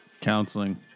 Counseling